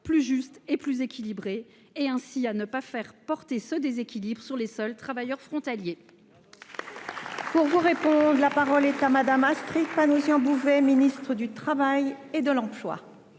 plus juste et plus équilibrée, et, ainsi, à ne pas faire porter l’effort sur les seuls travailleurs frontaliers